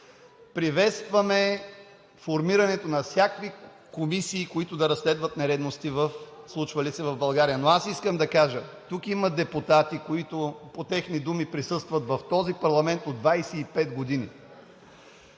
Приветстваме формирането на всякакви комисии, които да разследват нередности, случвали се в България, но аз искам да кажа: тук има депутати, които, по техни думи, присъстват в този парламент от 25 години.